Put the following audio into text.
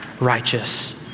righteous